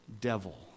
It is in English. Devil